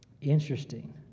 Interesting